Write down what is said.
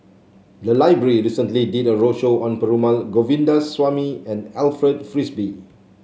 the library recently did a roadshow on Perumal Govindaswamy and Alfred Frisby